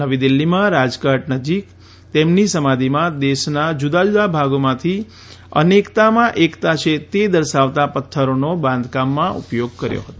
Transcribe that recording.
નવી દીલ્હીમાં રાજઘાટ નજીક તેમની સમાધિમાં દેશના જુદાજુદા ભાગોમાંથી અનેકતામાં એકતા છે તે દર્શાવવા પથ્થરોનો બાંધકામમાં ઉપયોગ કરાયો હતો